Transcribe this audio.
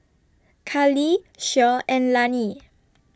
Kali Shea and Lani